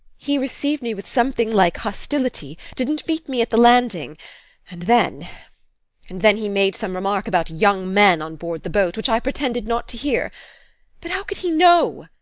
he received me with something like hostility didn't meet me at the landing and then and then he made some remark about young men on board the boat, which i pretended not to hear but how could he know?